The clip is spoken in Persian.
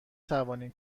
توانی